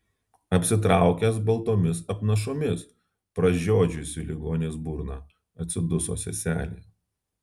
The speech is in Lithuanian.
apsitraukęs baltomis apnašomis pražiodžiusi ligonės burną atsiduso seselė